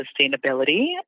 sustainability